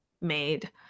made